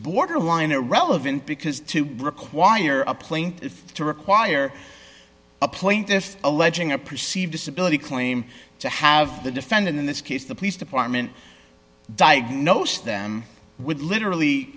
borderline irrelevant because to require a plaintiff to require a plaintiff alleging a perceived disability claim to have the defendant in this case the police department diagnosed then would literally